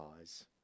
eyes